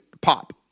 pop